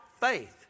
faith